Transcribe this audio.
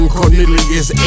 Cornelius